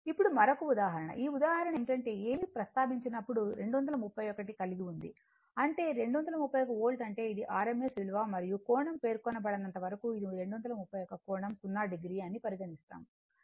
ఇప్పుడు మరొక ఉదాహరణ ఈ ఉదాహరణ ఏమిటంటే ఏమీ ప్రస్తావించనప్పుడు 231 కలిగి ఉంటుంది అంటే 231 వోల్ట్ అంటే అది RMS విలువ మరియు కోణం పేర్కొనబడనంత వరకు అది 231 కోణం 0 o అని పరిగణిస్తాము